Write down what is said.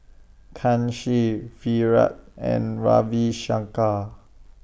Kanshi Virat and Ravi Shankar